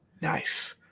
nice